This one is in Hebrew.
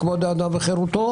חוק-יסוד: כבוד האדם וחירותו,